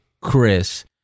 Chris